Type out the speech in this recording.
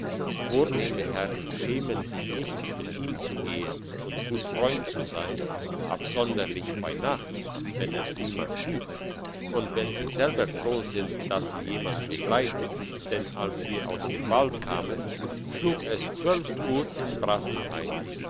vornehme herren schämen sich nicht mit ihm zu gehen und gut freund zu sein absonderlich bei nacht wenn es niemand sieht und wenn sie selber froh sind dass sie jemand begleitet denn als wir aus dem wald kamen schlug es zwölf uhr in